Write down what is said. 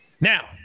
Now